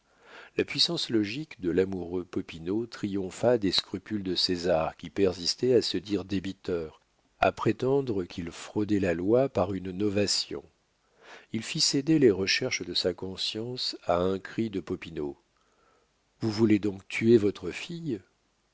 la puissante logique de l'amoureux popinot triompha des scrupules de césar qui persistait à se dire débiteur à prétendre qu'il fraudait la loi par une novation il fit céder les recherches de sa conscience à un cri de popinot vous voulez donc tuer votre fille